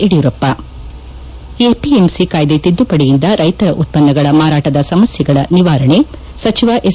Yediyurappa APMC ಕಾಯ್ದೆ ತಿದ್ದುಪಡಿಯಿಂದ ರೈತರ ಉತ್ಪನ್ನಗಳ ಮಾರಾಟದ ಸಮಸ್ಥೆಗಳ ನಿವಾರಣೆ ಸಚಿವ ಎಸ್